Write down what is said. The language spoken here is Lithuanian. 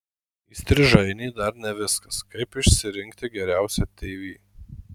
įstrižainė dar ne viskas kaip išsirinkti geriausią tv